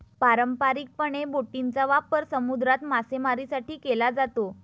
पारंपारिकपणे, बोटींचा वापर समुद्रात मासेमारीसाठी केला जातो